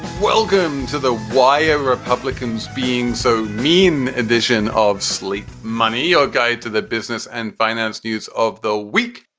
welcome to the whyever republicans being so mean vision of sleep money, your guide to the business and finance news of the week.